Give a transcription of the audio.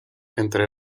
entre